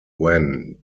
when